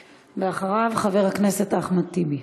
ואחריו, חבר הכנסת אחמד טיבי.